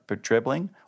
dribbling